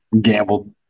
gambled